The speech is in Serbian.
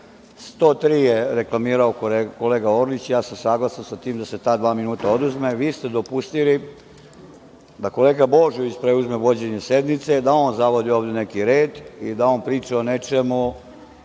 103. je reklamirao kolega Orlić. Ja sam saglasan sa tim da se ta dva minuta oduzme. Vi ste dopustili da kolega Božović preuzme vođenje sednice, da on zavodi ovde neki red i da on priča o nečemu